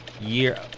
year